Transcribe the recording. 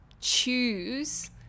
choose